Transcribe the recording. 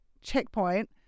checkpoint